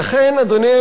אדוני היושב-ראש,